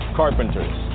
carpenters